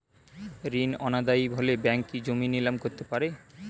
ঋণ অনাদায়ি হলে ব্যাঙ্ক কি জমি নিলাম করতে পারে?